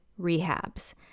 rehabs